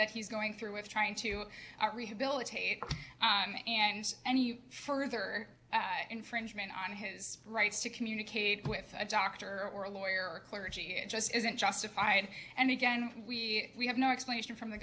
that he's going through with trying to rehabilitate and any further infringement on his rights to communicate with a doctor or a lawyer or clergy it just isn't justified and again we have no explanation from the